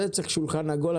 צריך בשביל זה שולחן עגול.